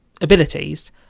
abilities